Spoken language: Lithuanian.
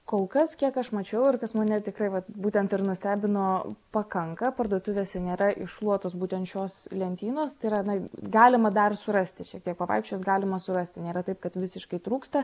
kol kas kiek aš mačiau ir kas mane tikrai vat būtent ir nustebino pakanka parduotuvėse nėra iššluotos būtent šios lentynos tai yra na galima dar surasti šiek tiek pavaikščiojus galima surasti nėra taip kad visiškai trūksta